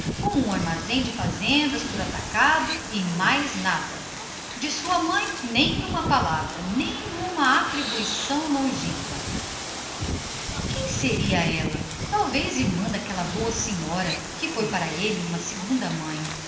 um armazém de fazendas por atacado de sua mãe nem uma palavra nem uma atribuição era para enlouquecer mas afinal quem seria ela talvez irmã daquela santa senhora que foi para ele uma segunda mãe